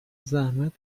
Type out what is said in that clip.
زحمت